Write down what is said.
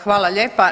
Hvala lijepa.